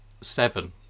seven